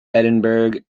edinburgh